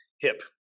hip